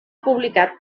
publicat